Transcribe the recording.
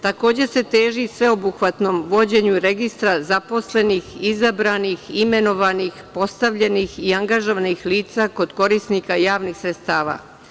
Takođe, se teži sveobuhvatnom vođenju registra zaposlenih, izabranih, imenovanih, postavljenih i angažovanih lica kod korisnika javnih sredstava.